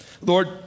Lord